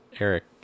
Eric